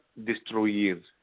destruir